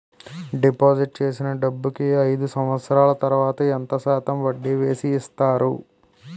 Deposit చేసిన డబ్బుకి అయిదు సంవత్సరాల తర్వాత ఎంత శాతం వడ్డీ వేసి ఇస్తారు?